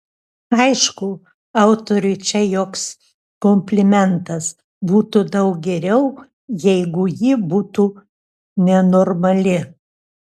aišku autoriui čia joks komplimentas būtų daug geriau jeigu ji būtų nenormali